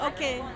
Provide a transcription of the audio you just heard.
Okay